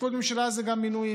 תפקוד ממשלה זה גם מינויים.